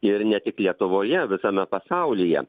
ir ne tik lietuvoje visame pasaulyje